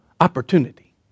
opportunity